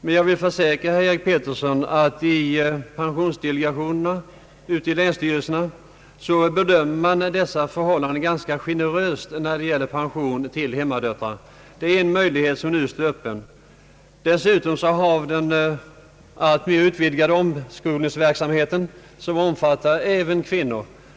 Men jag vill försäkra herr Eric Gustaf Peterson att man i pensionsdelegationerna i försäkringskaskassorna bedömer saken ganska generöst när det gäller pensioner till hemmadöttrar. Det är en möjlighet som nu står öppen. Dessutom har vi den alltmer utvidgade omskolningsverksamheten, som omfattar även kvinnor.